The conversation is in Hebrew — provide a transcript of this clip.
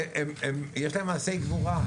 היו שם מעשי גבורה.